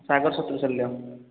ସାଗର ସତୃସଲ୍ୟ